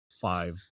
five